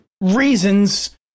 reasons